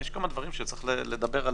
יש כמה דברים שצריך לדבר עליהם.